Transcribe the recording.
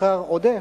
סוכר עודף,